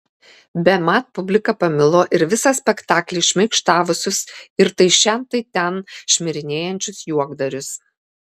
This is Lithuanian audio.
bemat publika pamilo ir visą spektaklį šmaikštavusius ir tai šen tai ten šmirinėjančius juokdarius